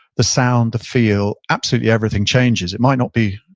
the sound, the feel, absolutely everything changes it might not be,